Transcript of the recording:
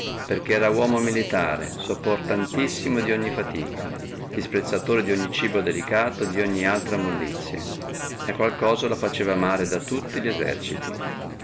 perché era uomo militare sopportantissimo dogni fatica disprezzatore dogni cibo delicato e dogni altra mollizie la qual cosa lo faceva amare da tutti li eserciti